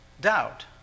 doubt